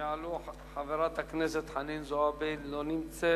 תעלה חברת הכנסת חנין זועבי, לא נמצאת,